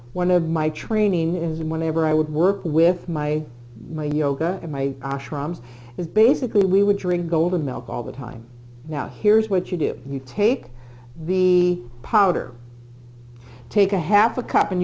one of my training is whenever i would work with my yoga my ashrams is basically we would drink golden milk all the time now here's what you do you take b powder take a half a cup and